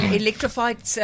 electrified